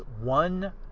one